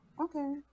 okay